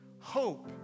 Hope